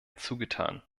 zugetan